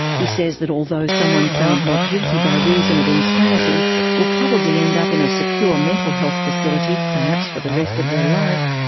he says that although someone found not guilty by reason of insanity will probably end up in a secure mental health facility, perhaps for the rest of their life,